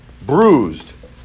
bruised